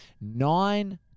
nine